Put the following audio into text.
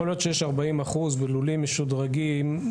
יכול להיות שיש 40% בלולים משודרגים,